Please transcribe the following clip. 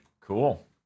Cool